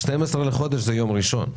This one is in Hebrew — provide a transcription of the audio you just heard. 12 בחודש זה יום ראשון,